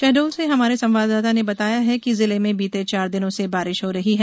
शहडोल से हमारे संवाददाता ने बताया है कि जिले में बीते चार दिनों से बारिश हो रही है